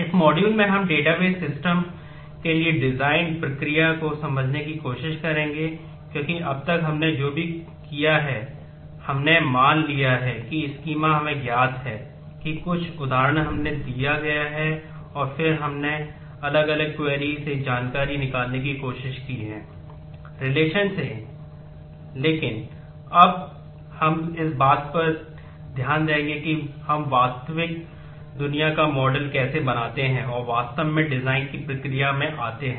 इस मॉड्यूल में हम डेटाबेस सिस्टम की प्रक्रिया में आते हैं